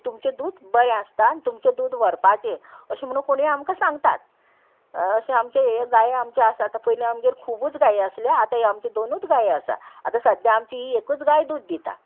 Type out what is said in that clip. तुमचें दूद बरें आसता आनी तुमचें दूद व्हरपाचें अशें म्हणून कोणीय आमकां सांगतात अशें आमचें हे गाय आमचें आसा आतां पयलीं आमगेर खुबूच गायी आसल्यो आतां ह्यो आमच्यो दोनूच गाय आसा आतां सद्द्या आमची ही एकूच गाय दूद दिता